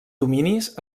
dominis